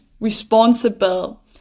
responsible